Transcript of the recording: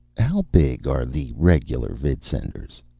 how big are the regular vidsenders?